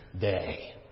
day